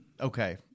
okay